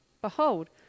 Behold